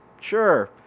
sure